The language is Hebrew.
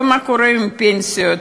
ומה קורה עם פנסיות?